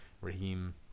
Raheem